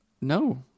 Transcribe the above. no